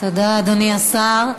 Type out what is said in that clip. תודה, אדוני השר.